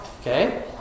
Okay